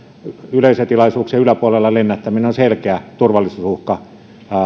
yleisötilaisuuksien yläpuolella lennättäminen on selkeä turvallisuusuhka